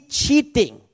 cheating